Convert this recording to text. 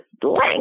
blank